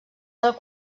del